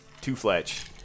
Two-fletch